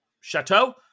chateau